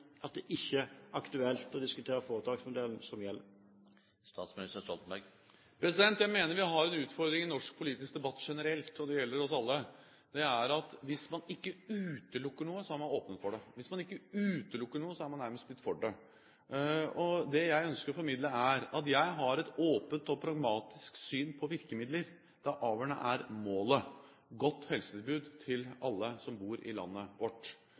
utfordring i norsk politisk debatt generelt – og det gjelder oss alle. Det er at hvis man ikke utelukker noe, så er man åpen for det. Hvis man ikke utelukker noe, så er man nærmest blitt for det. Det jeg ønsker å formidle, er at jeg har et åpent og pragmatisk syn på virkemidler. Det avgjørende er målet: et godt helsetilbud til alle som bor i landet vårt.